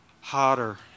hotter